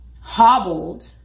hobbled